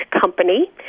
Company